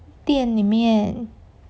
店里面